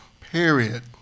period